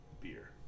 beer